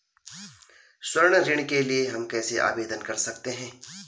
स्वर्ण ऋण के लिए हम कैसे आवेदन कर सकते हैं?